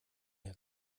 der